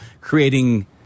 creating